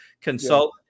consult